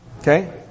Okay